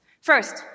First